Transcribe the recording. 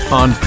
on